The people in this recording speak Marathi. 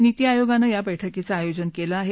नीती आयोगानं या बैठकीचं आयोजन केलं आहे